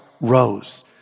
rose